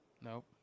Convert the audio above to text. Nope